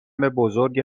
بزرگ